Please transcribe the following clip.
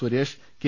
Suresh K